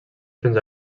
fins